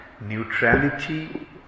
neutrality